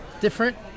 different